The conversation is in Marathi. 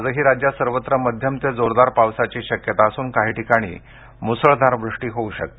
आजही राज्यात सर्वत्र मध्यम ते जोरदार पावसाची शक्यता असून काही ठिकाणी मुसळधार वृष्टी होऊ शकते